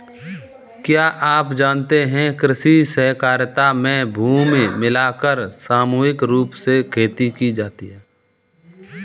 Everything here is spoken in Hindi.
क्या आप जानते है कृषि सहकारिता में भूमि मिलाकर सामूहिक रूप से खेती की जाती है?